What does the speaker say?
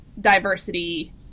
diversity